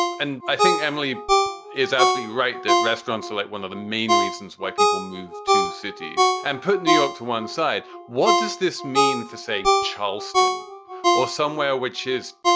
and i think emily is absolutely right, that restaurants are like one of the main reasons why people move to cities and put new york to one side. what does this mean for, say, charleston or somewhere, which is,